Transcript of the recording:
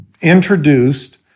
introduced